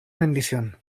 bendición